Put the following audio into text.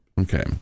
Okay